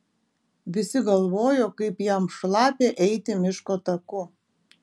visi galvojo kaip jam šlapia eiti miško taku